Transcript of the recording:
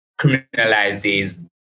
criminalizes